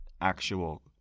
actual